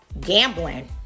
Gambling